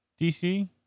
DC